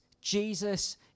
Jesus